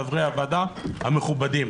חברי הוועדה המכובדים,